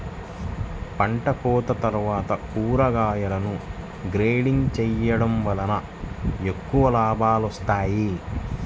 పంటకోత తర్వాత కూరగాయలను గ్రేడింగ్ చేయడం వలన ఎక్కువ లాభాలు వస్తాయి